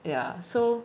ya so